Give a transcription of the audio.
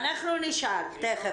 אנחנו נשאל, תיכף.